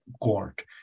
Court